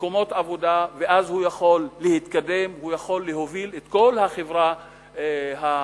מקומות עבודה ואז הוא יכול להתקדם ולהוביל את כל החברה הערבית,